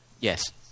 Yes